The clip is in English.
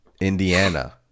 Indiana